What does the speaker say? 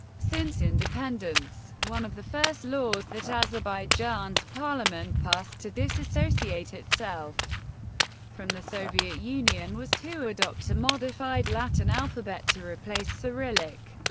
since independence, one of the first laws that azerbaijan's parliament passed to disassociate itself from the soviet union was to adopt a modified-latin alphabet to replace cyrillic.